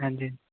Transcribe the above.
हां जी